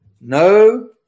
No